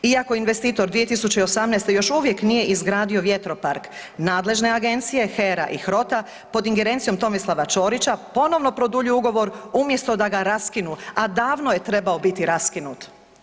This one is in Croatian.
Iako investitor 2018. još uvijek nije izgradio vjetropark nadležne agencije HERA i HROTE-a pod ingerencijom Tomislava Ćorića ponovno produljuju ugovor umjesto da ga raskinu, a davno je trebao biti raskinut.